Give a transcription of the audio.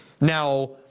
Now